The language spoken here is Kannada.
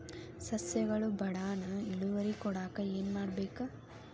ಸಸ್ಯಗಳು ಬಡಾನ್ ಇಳುವರಿ ಕೊಡಾಕ್ ಏನು ಮಾಡ್ಬೇಕ್?